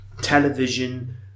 television